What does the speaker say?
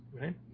right